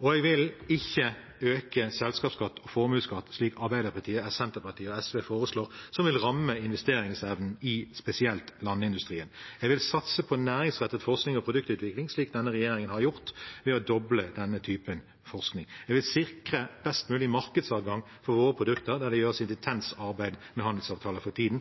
Og jeg vil ikke øke selskapsskatten og formuesskatten, slik Arbeiderpartiet, Senterpartiet og SV foreslår, som vil ramme investeringsevnen i spesielt landindustrien. Jeg vil satse på næringsrettet forskning og produktutvikling, slik denne regjeringen har gjort ved å doble denne typen forskning. Jeg vil sikre best mulig markedsadgang for våre produkter, der det gjøres et intenst arbeid med handelsavtaler for tiden.